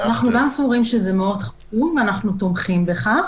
אנחנו גם סבורים שזה חשוב מאוד ואנחנו תומכים בכך.